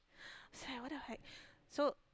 I was like what the heck so